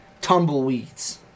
tumbleweeds